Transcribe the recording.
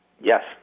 Yes